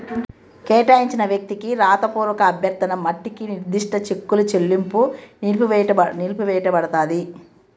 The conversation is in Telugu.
కేటాయించిన వ్యక్తికి రాతపూర్వక అభ్యర్థన మట్టికి నిర్దిష్ట చెక్కుల చెల్లింపు నిలిపివేయబడతాంది